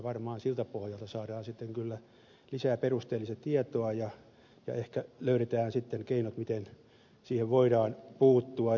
varmaan siltä pohjalta saadaan sitten kyllä lisää perusteellista tietoa ja löydetään ehkä sitten keinot miten siihen voidaan puuttua